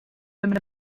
women